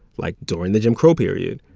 like, during the jim crow period.